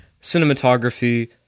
cinematography